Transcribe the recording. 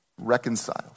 reconciled